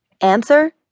Answer